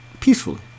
Peacefully